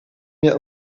mir